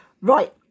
Right